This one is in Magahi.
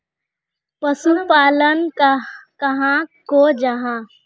पशुपालन कहाक को जाहा?